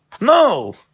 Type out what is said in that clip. No